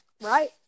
Right